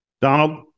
Donald